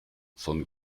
von